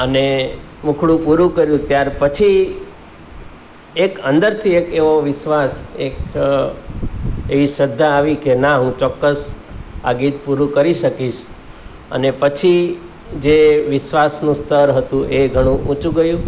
ને મુખડું પૂરું કર્યું ત્યાર પછી એક અંદરથી એક એવો વિશ્વાસ એક એવી શ્રધ્ધા આવી કે ના હું ચોક્કસ આ ગીત પૂરું કરી શકીશ અને પછી જે વિશ્વાસનું સ્તર હતું એ ઘણું ઊચું ગયું